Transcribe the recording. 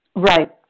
Right